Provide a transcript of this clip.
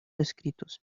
escritos